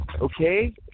okay